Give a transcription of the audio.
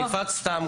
תקיפת סתם,